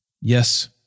Yes